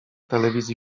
telewizji